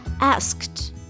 asked